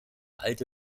alte